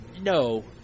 No